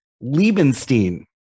Liebenstein